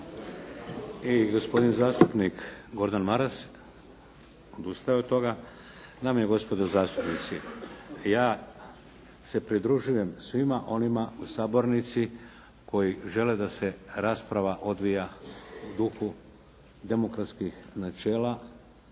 I gospodin zastupnik Gordan Maras. Odustao je od toga. Dame i gospodo zastupnici, ja se pridružujem svima onima u sabornici koji žele da se rasprava odvija u duhu demokratskih načela,